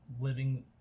living